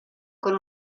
con